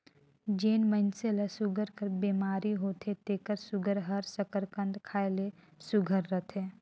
जेन मइनसे ल सूगर कर बेमारी होथे तेकर सूगर हर सकरकंद खाए ले सुग्घर रहथे